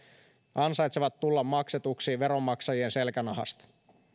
ansaitsevat tulla maksetuksi veronmaksajien selkänahasta